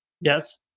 Yes